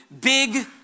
big